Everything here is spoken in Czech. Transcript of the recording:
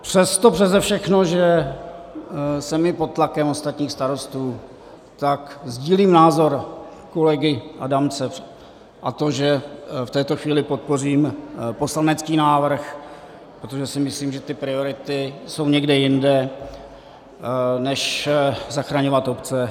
Přes to přese všechno, že jsem i pod tlakem ostatních starostů, tak sdílím názor kolegy Adamce, a to že v této chvíli podpořím poslanecký návrh, protože si myslím, že ty priority jsou někde jinde než zachraňovat obce.